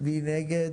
מי נגד?